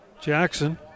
Jackson